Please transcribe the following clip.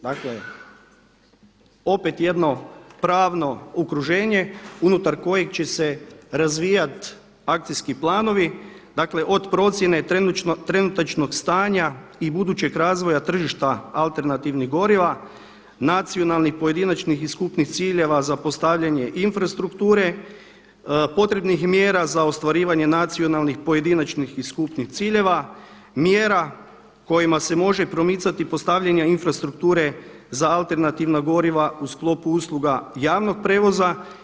Dakle opet jedno pravno okruženje unutar kojeg će se razvijati akcijski planovi, dakle od procjene trenutačnog stanja i budućeg razvoja tržišta alternativnih goriva, nacionalnih, pojedinačnih i skupnih ciljeva za postavljanje infrastrukture, potrebnih mjera za ostvarivanje nacionalnih pojedinačnih i skupnih ciljeva, mjera kojima se može propisati postavljanje infrastrukture za alternativna goriva u sklopu usluga javnog prijevoza.